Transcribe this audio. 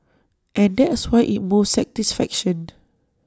and that's why IT moves satisfaction